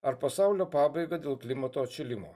ar pasaulio pabaiga dėl klimato atšilimo